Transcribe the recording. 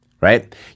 right